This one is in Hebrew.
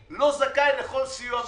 עירוני, הוא לא זכאי לכל סיוע ממשלתי.